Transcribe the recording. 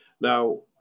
now